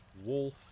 Wolf